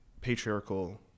patriarchal